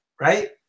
right